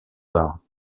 arts